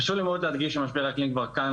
חשוב לי מאוד להדגיש שמשבר האקלים כבר כאן,